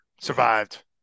Survived